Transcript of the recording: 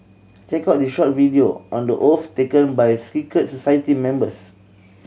check out this short video on the oath taken by a secret society members